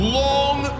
long